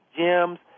gyms